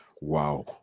Wow